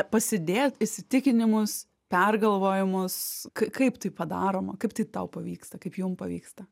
pasidėt įsitikinimus pergalvojimus kaip tai padaroma kaip tai tau pavyksta kaip jum pavyksta